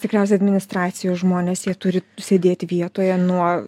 tikriausiai administracijos žmonės jie turi sėdėti vietoje nuo